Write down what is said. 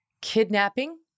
kidnapping